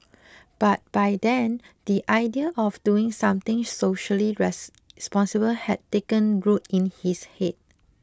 but by then the idea of doing something socially responsible had taken root in his head